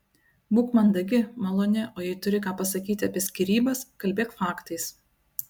būk mandagi maloni o jei turi ką pasakyti apie skyrybas kalbėk faktais